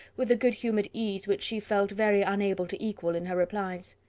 with a good humoured ease which she felt very unable to equal in her replies.